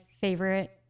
favorite